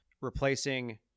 replacing